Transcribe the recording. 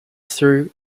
through